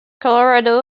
colorado